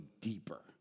deeper